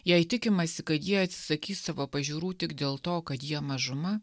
jei tikimasi kad jie atsisakys savo pažiūrų tik dėl to kad jie mažuma